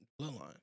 Bloodline